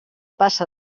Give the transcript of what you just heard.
passa